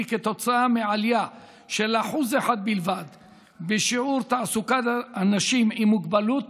כתוצאה מעלייה של 1% בלבד בשיעור תעסוקת אנשים עם מוגבלות